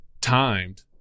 timed